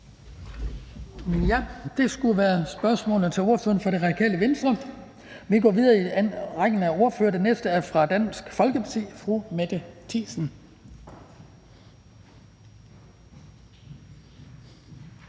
Det skulle være spørgsmålene til ordføreren for Radikale Venstre. Vi går videre i rækken er ordførere. Den næste er fra Dansk Folkeparti. Fru Mette Thiesen.